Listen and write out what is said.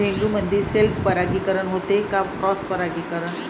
झेंडूमंदी सेल्फ परागीकरन होते का क्रॉस परागीकरन?